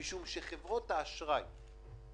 בעקבות משבר הקורונה אני חושבת שראוי להציג אותם,